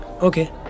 Okay